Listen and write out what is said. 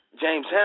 James